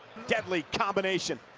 deadly combination.